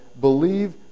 believe